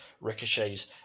Ricochet's